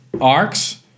arcs